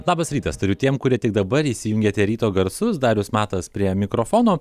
labas rytas tariu tiem kurie tik dabar įsijungėte ryto garsus darius matas prie mikrofono